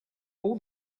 all